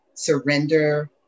surrender